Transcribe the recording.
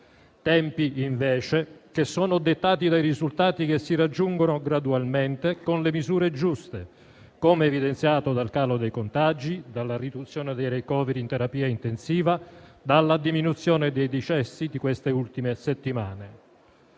che, invece, sono dettati dai risultati che si raggiungono gradualmente con le misure giuste, come evidenziato dal calo dei contagi, dalla riduzione dei ricoveri in terapia intensiva e dalla diminuzione dei decessi di queste ultime settimane.